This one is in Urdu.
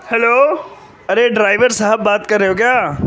ہیلو ارے ڈرائیور صاحب بات کر رہے ہو کیا